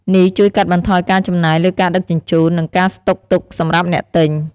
នេះជួយកាត់បន្ថយការចំណាយលើការដឹកជញ្ជូន និងការស្តុកទុកសម្រាប់អ្នកទិញ។